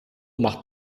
macht